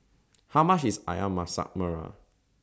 How much IS Ayam Masak Merah